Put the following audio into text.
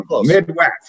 Midwest